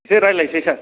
एसे रायलायसै सार